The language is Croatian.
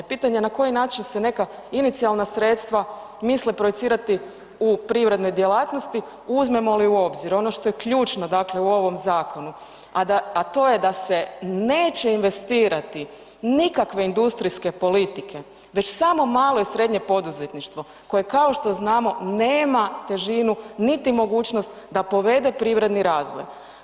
Pitanje na koji način se neka inicijalna sredstva misle projicirati u privrednoj djelatnosti, uzmemo li u obzir ono što je ključno u ovom zakonu, a to je da se neće investirati nikakve industrijske politike, već samo malo i srednje poduzetništvo koje kao što znamo nema težinu niti mogućnost da povede privredni razvoj.